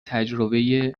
تجربه